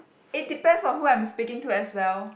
it depends on who I'm speaking to as well